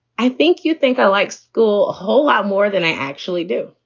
i think you think i like school a whole lot more than i actually do